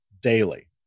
daily